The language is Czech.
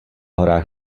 horách